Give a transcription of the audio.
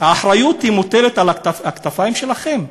האחריות מוטלת על הכתפיים שלכם,